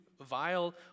vile